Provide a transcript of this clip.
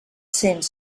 cents